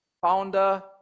founder